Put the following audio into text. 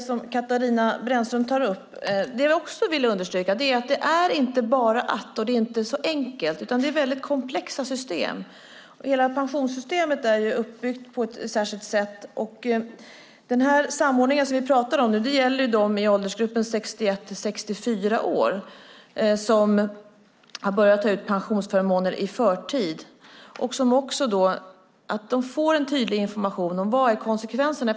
Fru talman! Jag kan instämma i det som Katarina Brännström tar upp. Jag vill också understryka att detta är väldigt komplexa system. Hela pensionssystemet är uppbyggt på ett särskilt sätt. Den samordning vi nu talar om gäller dem i åldersgruppen 61-64 år som har börjat ta ut pensionsförmåner i förtid. Det är viktigt att de får tydlig information om konsekvenserna.